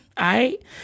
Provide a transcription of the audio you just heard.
right